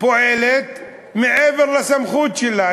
פועלת מעבר לסמכות שלה.